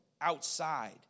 outside